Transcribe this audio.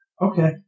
Okay